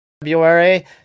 February